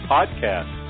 Podcast